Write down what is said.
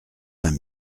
vingt